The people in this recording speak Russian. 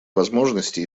возможности